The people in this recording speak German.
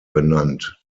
benannt